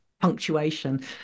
punctuation